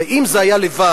הרי אם זה היה לבד,